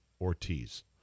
Ortiz